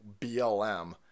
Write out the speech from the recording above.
BLM